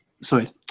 sorry